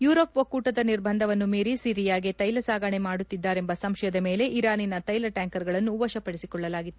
Europe ಒಕ್ಕೂಟದ ನಿರ್ಬಂಧಗಳನ್ನು ಮೀರಿ ಸಿರಿಯಾಗೆ ತೈಲ ಸಾಗಣೆ ಮಾಡುತ್ತಿದ್ದಾರೆಂಬ ಸಂಶಯದ ಮೇಲೆ ಇರಾನಿನ ತೈಲ ಟ್ಯಾಂಕರ್ಗಳನ್ನು ವಶಪಡಿಸಿಕೊಳ್ಳಲಾಗಿತ್ತು